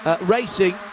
racing